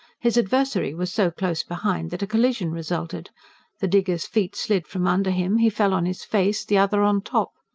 his adversary was so close behind that a collision resulted the digger's feet slid from under him, he fell on his face, the other on top.